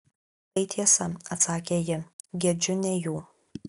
tai tiesa atsakė ji gedžiu ne jų